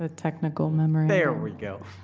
ah technical memorandum. there we go.